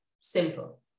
Simple